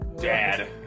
dad